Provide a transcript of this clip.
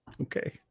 Okay